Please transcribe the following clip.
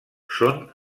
són